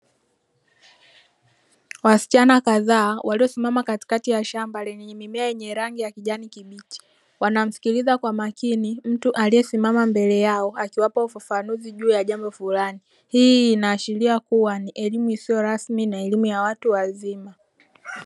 Wasichana kadhaa waliosimama katikati ya shamba, lenye mimea yenye rangi ya kijani kibichi, wanamsikiliza kwa makini mtu aliyesimama mbele yao akiwapa ufafanuzi juu ya jambo fulani, hii inaashiria kuwa ni elimu isiyo rasmi na elimu ya watu wazima.